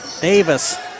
Davis